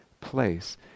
place